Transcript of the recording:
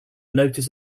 notice